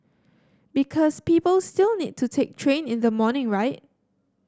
because people still need to take train in the morning right